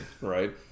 right